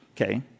Okay